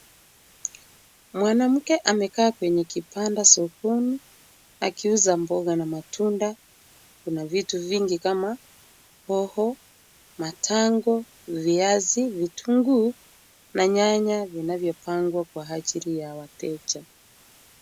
Mwanamke amekaa kwenye kibanda sokoni akiuza mboga na matunda. Kuna vitu vingi kama hoho, matango, viazi, vitunguu na nyanya vinavyopangwa kwa ajili ya wateja.